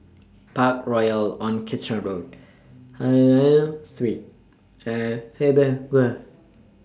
Parkroyal on Kitchener Road Street and Faber Grove